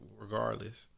regardless